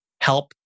help